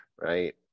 right